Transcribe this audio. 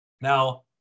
Now